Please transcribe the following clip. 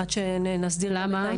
למה?